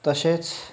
तसेच